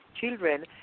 children